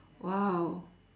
!wow!